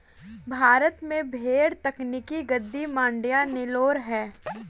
भारत में भेड़ दक्कनी, गद्दी, मांड्या, नेलोर है